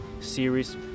series